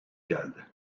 geldi